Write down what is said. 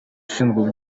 ushinzwe